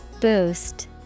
Boost